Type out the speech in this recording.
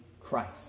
Christ